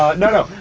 no,